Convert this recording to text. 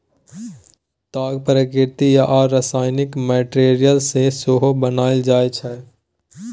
ताग प्राकृतिक आ रासायनिक मैटीरियल सँ सेहो बनाएल जाइ छै